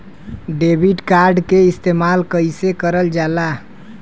Debit card के इस्तेमाल कइसे करल जाला?